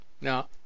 Now